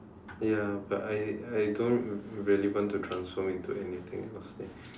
ya but I I don't really want to transform into anything else leh